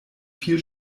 viel